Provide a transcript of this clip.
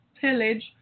pillage